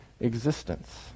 existence